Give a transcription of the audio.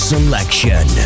selection